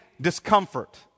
discomfort